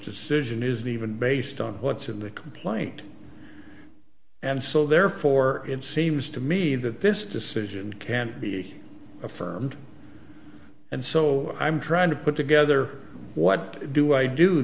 decision is the even based on what's in the complaint and so therefore it seems to me that this decision can be affirmed and so i'm trying to put together what do i do